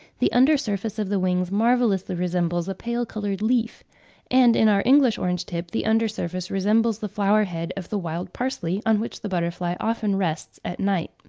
the under surface of the wings marvellously resembles a pale-coloured leaf and in our english orange-tip, the under surface resembles the flower-head of the wild parsley, on which the butterfly often rests at night.